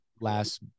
last